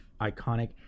iconic